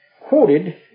quoted